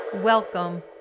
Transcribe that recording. Welcome